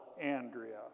Andrea